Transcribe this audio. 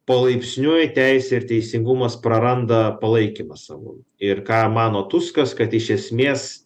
palaipsniui teisė ir teisingumas praranda palaikymą savo ir ką mano tuskas kad iš esmės